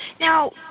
Now